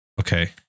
Okay